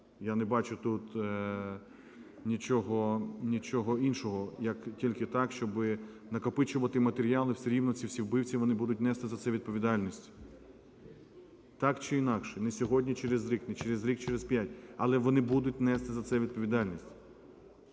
Я не бачу тут нічого іншого, як тільки так, щоб накопичувати матеріали, все рівно ці всі вбивці, вони будуть нести за це відповідальність. Так чи інакше, не сьогодні – через рік, не через рік – через п'ять, але вони будуть нести за це відповідальність.